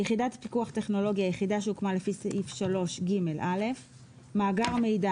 "יחידת פיקוח טכנולוגי" היחידה שהוקמה לפי סעיף 3ג(א); "מאגר מידע"